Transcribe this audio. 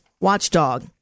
watchdog